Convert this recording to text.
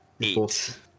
Eight